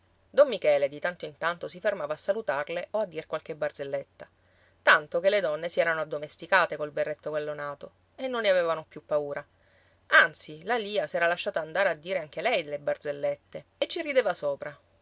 don michele di tanto in tanto si fermava a salutarle o a dir qualche barzelletta tanto che le donne si erano addomesticate col berretto gallonato e non ne avevano più paura anzi la lia s'era lasciata andare a dire anche lei le barzellette e ci rideva sopra